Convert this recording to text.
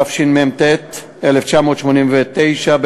התשמ"ט 1989,